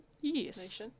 Yes